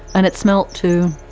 and it smelt too,